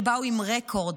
שבאו עם רקורד,